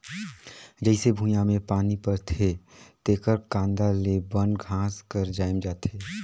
जईसे भुइयां में पानी परथे तेकर कांदा ले बन घास हर जायम जाथे